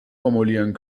formulieren